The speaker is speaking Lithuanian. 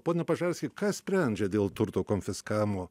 pone pažalski kas sprendžia dėl turto konfiskavimo